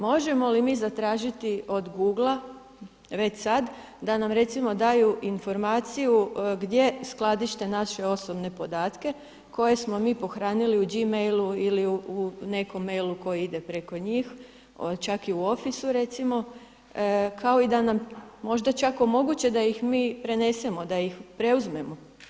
Možemo li mi zatražiti od Googlea već sad da nam recimo daju informaciju gdje skladište naše osobne podatke koje smo mi pohranili u Gmailu ili u nekom mailu koji ide preko njih, čak i u officeu recimo kao i da nam možda čak omoguće da ih mi prenesemo, da ih preuzmemo.